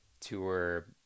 tour